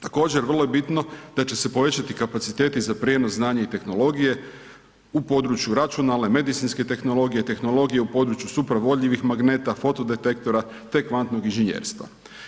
Također, vrlo je bitno da će se povećati kapaciteti za prijenos znanja i tehnologije u području računalne, medicinske tehnologije, tehnologije u području supravodljivih magneta, foto-detektora te kvantnog inženjerstva.